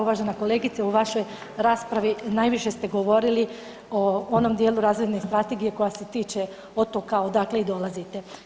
Uvažena kolegice u vašoj raspravi najviše ste govorili o onom dijelu razvojne strategije koja se tiče Otoka odakle i dolazite.